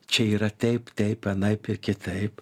čia yra taip taip anaip ir kitaip